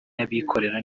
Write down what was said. y’abikorera